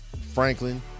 Franklin